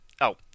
Oh